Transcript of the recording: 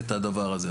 את הדבר הזה.